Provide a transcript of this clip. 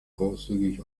großzügig